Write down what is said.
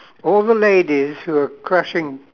all the ladies who are crushing